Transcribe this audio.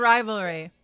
Rivalry